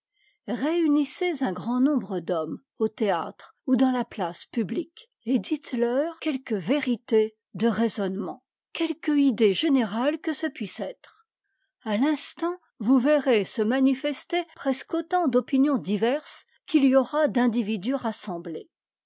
réunissez un grand nombre d'hommes au théâtre ou dans la place publique et dites-leur quelque vérité de raisonnement quelque idée générale que ce puisse être à l'instant vous verrez se manifester presque autant d'opinions diverses qu'il y aura d'individus rassemblés